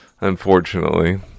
unfortunately